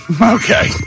Okay